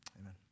amen